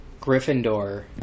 Gryffindor